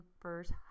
first